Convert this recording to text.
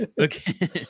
okay